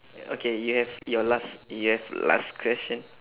okay you have your last you have last question